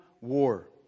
war